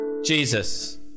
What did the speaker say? Jesus